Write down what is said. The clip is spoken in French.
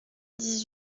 dix